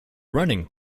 running